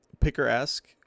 picker-esque